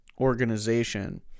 organization